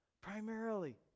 Primarily